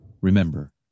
Remember